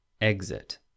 Exit